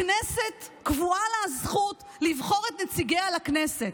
לכנסת קבועה הזכות לבחור את נציגיה לכנסת.